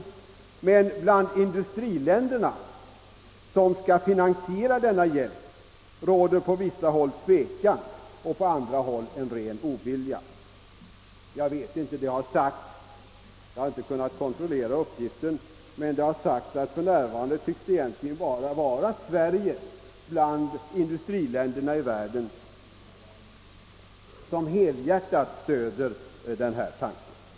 Emellertid råder bland industriländerna som skall finansiera denna hjälp på vissa håll tvekan och på andra håll en ren ovilja. Jag har inte kunnat kontrollera uppgiften men det har sagts att det bland industriländerna i världen för närvarande bara tycks vara Sverige som helhjärtat stöder den här tanken.